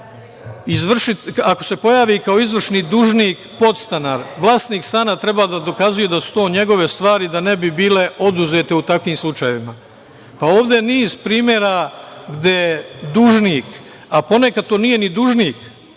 ako se pojavi kao izvršni dužnik podstanar, vlasnik stana treba da dokazuje da su to njegove stvari da ne bi bile oduzete u takvim slučajevima? Pa, ovde je niz primera gde dužnik, a ponekad to nije ni dužnik,